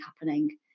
happening